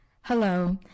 hello